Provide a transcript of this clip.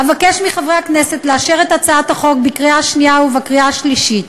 אבקש מחברי הכנסת לאשר את הצעת החוק בקריאה שנייה ובקריאה שלישית.